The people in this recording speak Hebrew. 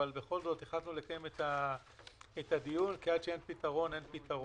אבל בכל זאת החלטנו לקיים את הדיון כי כל עוד אין פתרון אין פתרון.